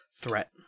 threat